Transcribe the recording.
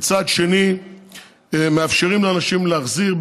ומצד שני מאפשרים לאנשים להחזיר,